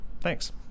Thanks